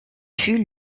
fut